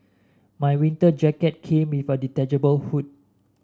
my winter jacket came with a detachable hood